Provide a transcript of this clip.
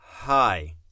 Hi